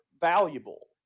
valuable